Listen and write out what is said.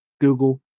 google